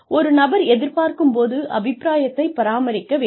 ஒரு நபர் எதிர்பார்க்கும் பொது அபிப்ராயத்தைப் பராமரிக்க வேண்டும்